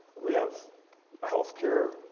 we have ah healthcare,